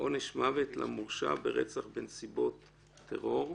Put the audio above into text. עונש מוות למורשע ברצח בנסיבות טרור).